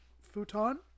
futon